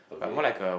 okay